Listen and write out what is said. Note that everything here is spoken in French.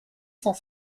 cent